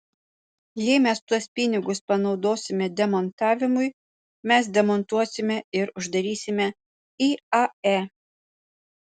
jei mes tuos pinigus panaudosime demontavimui mes demontuosime ir uždarysime iae